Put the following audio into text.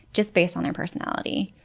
just based on their personality.